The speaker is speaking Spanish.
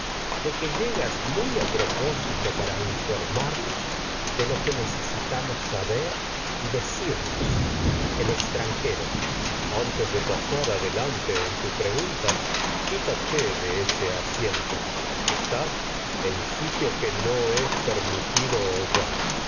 de que llegas muy propósito y para informarnos el de que necesitamos saber antes de pasar decirnos en extranjero adelante en tu pregunta quítate de es ese asiento estás sitio que no permitido